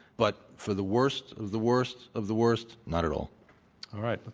but for the worst, of the worst, of the worst not at all. all right. but